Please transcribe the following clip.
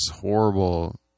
horrible